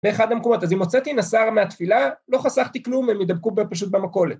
‫באחד המקומות. אז אם הוצאתי נשא ‫מהתפילה, לא חסכתי כלום, ‫הם ידבקו פשוט במכולת.